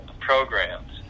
Programs